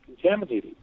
contaminated